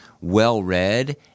well-read